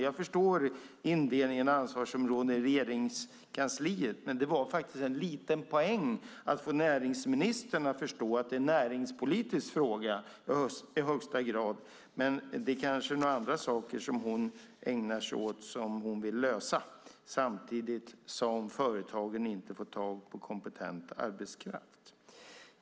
Jag förstår indelningen av ansvarsområden i Regeringskansliet, men det var faktiskt en liten poäng att få näringsministern att förstå att det är en näringspolitisk fråga i högsta grad. Men hon kanske ägnar sig åt andra saker som hon vill lösa, samtidigt som företagen inte får tag på kompetent arbetskraft.